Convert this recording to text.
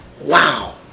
Wow